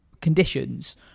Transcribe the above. conditions